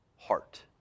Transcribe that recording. heart